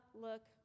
look